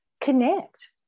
connect